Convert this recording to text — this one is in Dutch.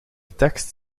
tekst